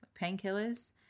painkillers